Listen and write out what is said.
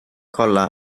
kolla